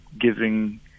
giving